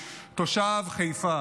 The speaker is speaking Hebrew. תושב חיפה.